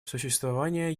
сосуществование